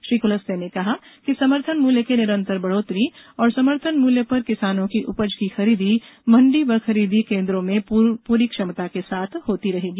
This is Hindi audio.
श्री कुलस्ते ने कहा कि समर्थन मूल्य की निरंतर बढ़ोतरी ओर समर्थन मूल्य पर किसानों की उपज की खरीदी मंडी व खरीदी केंद्रों में पूरी क्षमता के साथ होती रहेगी